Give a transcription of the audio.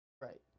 Right